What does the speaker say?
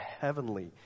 heavenly